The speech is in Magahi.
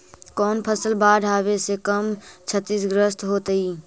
कौन फसल बाढ़ आवे से कम छतिग्रस्त होतइ?